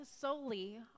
solely